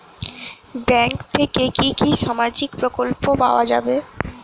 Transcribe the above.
Bank থেকে কি কি সামাজিক প্রকল্প পাওয়া যাবে?